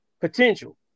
potential